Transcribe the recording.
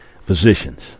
physicians